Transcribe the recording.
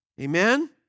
Amen